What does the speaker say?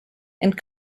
and